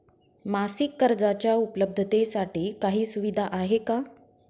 मासिक कर्जाच्या उपलब्धतेसाठी काही सुविधा आहे का?